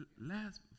last